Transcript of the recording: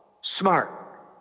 Smart